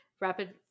rapid